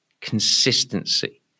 consistency